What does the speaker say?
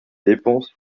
dépenses